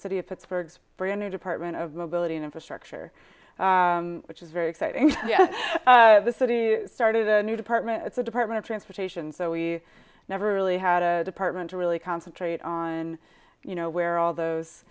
city of pittsburgh for a new department of mobility and infrastructure which is very exciting the city started a new department it's a department of transportation so we never really had a department to really concentrate on you know where all those